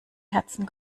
herzen